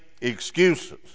excuses